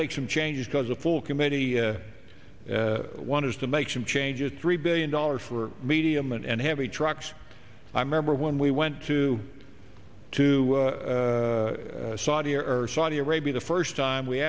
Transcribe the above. make some changes because a full committee one has to make some changes three billion dollars for medium and heavy trucks i remember when we went to to saudi or saudi arabia the first time we